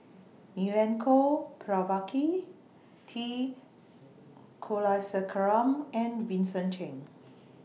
Milenko Prvacki T Kulasekaram and Vincent Cheng